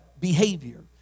behavior